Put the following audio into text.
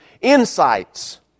insights